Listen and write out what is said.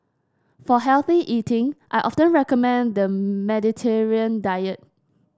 for healthy eating I often recommend the Mediterranean diet